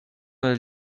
nel